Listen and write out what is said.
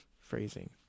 phrasing